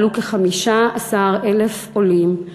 עלו כ-15,000 עולים.